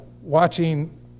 watching